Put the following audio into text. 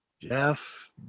Jeff